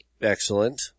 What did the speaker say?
Excellent